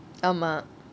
ஆமா:aama